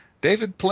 David